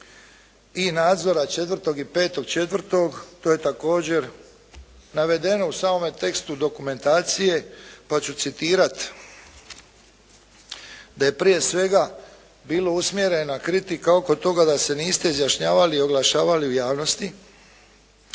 i nadzora 4. i 5.4. to je također navedeno u samome tekstu dokumentacije pa ću citirati da je prije svega bila usmjerena kritika oko toga da se niste izjašnjavali i oglašavali u javnosti